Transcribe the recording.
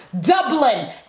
Dublin